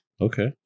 Okay